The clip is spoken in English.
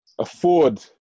Afford